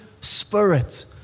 Spirit